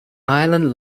island